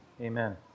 amen